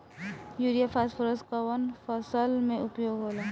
Urea phosphorus कवना फ़सल में उपयोग होला?